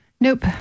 Nope